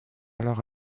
alors